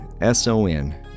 S-O-N